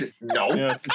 No